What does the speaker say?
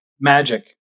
magic